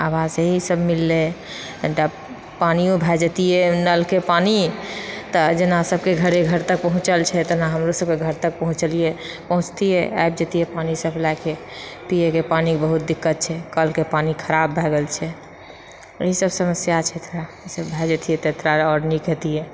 तऽ आवास इएह सब मिललेै पानियो भए जेतिए नलके पानि तऽ जेना सबके घरे घर तक पहुँचल छेै तेना हमरो सबकेँ घर तक पहुँचलिए पहुँचतिऐ आबि जेतिए पानि सप्लाइके पियेके पानिके बहुत दिक्कत छै कलके पानि खराब भए गेलछेै ई सब समस्या छेै थोड़ा ई सब भए जेतिए तऽ थोड़ा आओर नीक हेतिए